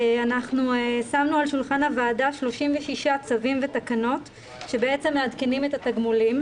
שמנו על שולחן הוועדה 36 צווים ותקנות שמעדכנים את התגמולים.